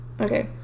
okay